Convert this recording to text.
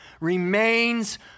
remains